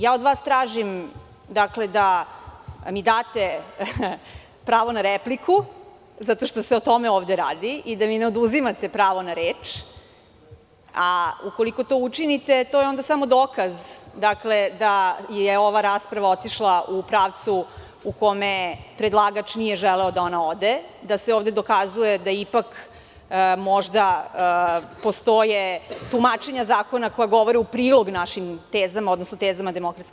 Ja od vas tražim da mi date pravo na repliku, zato što se o tome ovde radi i da mi ne oduzimate pravo na reč, a ukoliko to učinite, to je onda samo dokaz da je ova rasprava otišla u pravcu u kome predlagač nije želeo da ona ode, da se ovde dokazuje da ipak, možda, postoje tumačenja zakona koja govore u prilog našim tezama, odnosno tezama DS.